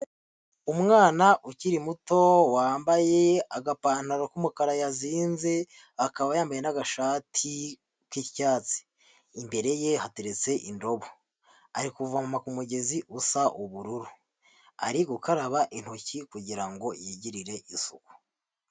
Umwana ukiri muto wambaye agapantaro k'umukara yazinze akaba yambaye n'agashati k'icyatsi, imbere ye hateretse indobo, ari kuvoma ku mugezi usa ubururu, ari gukaraba intoki kugirango ngo yigirire isuku.